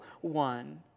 one